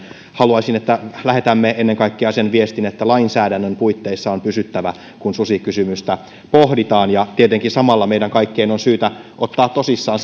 haluaisin että lähetämme ennen kaikkea sen viestin että lainsäädännön puitteissa on pysyttävä kun susikysymystä pohditaan ja tietenkin samalla meidän kaikkien on syytä ottaa tosissaan